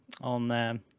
on